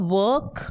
work